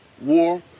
war